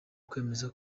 kwemeza